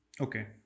okay